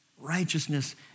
Righteousness